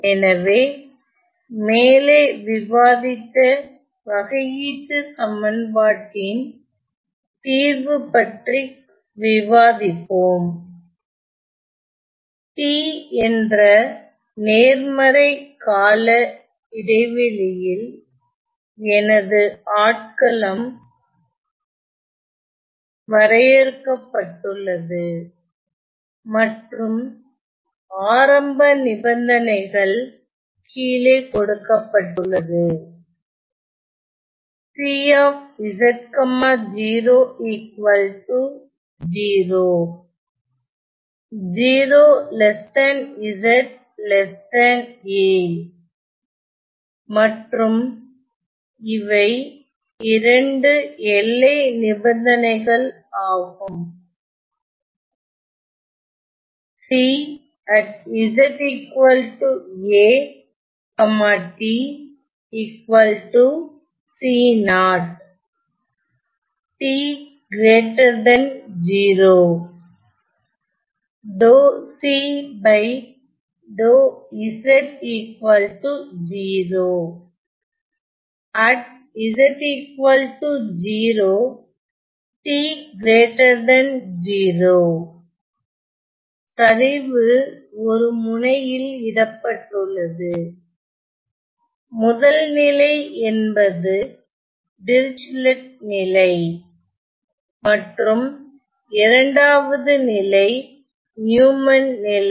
எனவே மேலே விவாதித்த வகையீட்டுச் சமன்பாட்டின் தீர்வு பற்றி விவாதிப்போம் t என்ற நேர்மறை கால இடைவெளியில் எனது ஆட்களம் வரையறுக்கபட்டுள்ளது மற்றும் ஆரம்ப நிபந்தனைகள் கீழே கொடுக்கப்பட்டுள்ளது மற்றும் இவை 2 இரண்டு எல்லை நிபந்தனைகள் ஆகும் சரிவு ஒருமுனையில் இடப்பட்டுள்ளது முதல் நிலை என்பது டிரிச்லெட் நிலை மற்றும் இரண்டாவது நிலை நியூமன் நிலை